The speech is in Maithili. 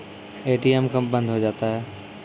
ए.टी.एम कब बंद हो जाता हैं?